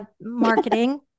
Marketing